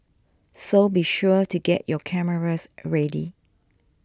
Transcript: so be sure to get your cameras ready